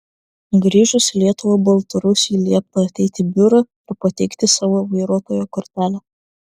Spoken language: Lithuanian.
grįžus į lietuvą baltarusiui liepta ateiti į biurą ir pateikti savo vairuotojo kortelę